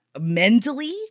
mentally